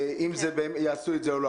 אם הם יעשו את זה או לא,